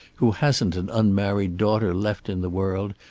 who hasn't an unmarried daughter left in the world,